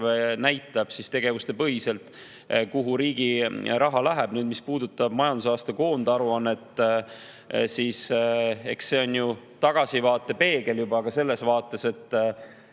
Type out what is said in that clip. näitab tegevustepõhiselt, kuhu riigi raha läheb. Mis puudutab majandusaasta koondaruannet, siis eks see on tagasivaatepeegel, ka selles vaates, et